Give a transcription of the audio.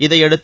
இதையடுத்து